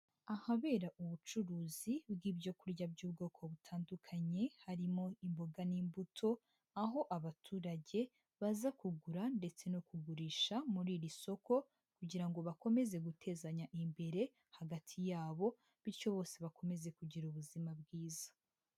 Ahabera ubucuruzi bw'ibyo kurya by'ubwoko butandukanye harimo imboga n'imbuto, aho abaturage baza kugura ndetse no kugurisha muri iri soko, kugira ngo bakomeze gutezanya imbere hagati yabo, bityo bose bakomeze kugira ubuzima bwiza.